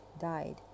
died